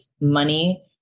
money